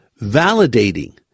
validating